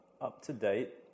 up-to-date